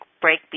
break